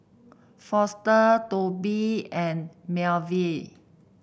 Foster Tobi and Melville